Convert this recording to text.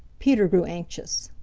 peter grew anxious.